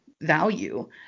value